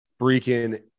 freaking